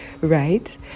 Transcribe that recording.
right